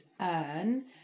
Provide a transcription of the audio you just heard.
earn